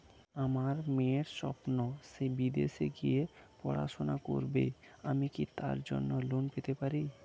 আমার মেয়ের স্বপ্ন সে বিদেশে গিয়ে পড়াশোনা করবে আমি কি তার জন্য লোন পেতে পারি?